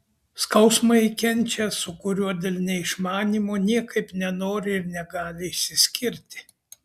skausmą ji kenčia su kuriuo dėl neišmanymo niekaip nenori ir negali išsiskirti